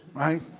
right?